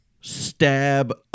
stab